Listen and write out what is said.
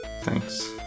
Thanks